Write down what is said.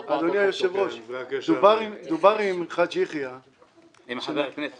שאני מעריך אותו באמת --- כמה פעמים תגיד כדי שנשתכנע?